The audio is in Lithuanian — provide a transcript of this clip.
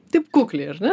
taip kukliai ar ne